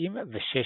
כ-46 שנים.